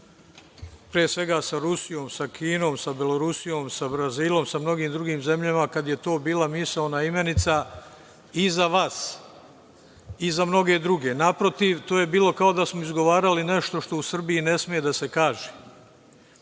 pre svega sa Rusijom, sa Kinom, sa Belorusijom, sa Brazilom, sa mnogim drugim zemljama, kada je to bila misaona imenica i za vas, i za mnoge druge. Naprotiv, to je bilo kao da smo izgovarali nešto što u Srbiji ne sme da se kaže. Zbog